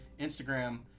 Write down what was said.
instagram